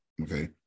okay